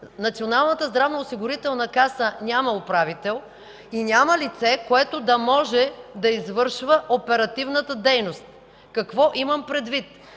Националната здравноосигурителна каса няма управител и няма лице, което да може да извършва оперативната дейност. Какво имам предвид?